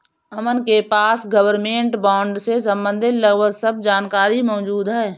अमन के पास government bond से सम्बंधित लगभग सब जानकारी मौजूद है